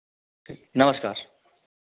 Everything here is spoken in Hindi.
ठीक नमस्कार